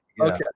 Okay